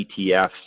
ETFs